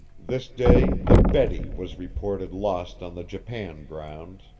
this day the betty was reported lost on the japan grounds,